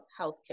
healthcare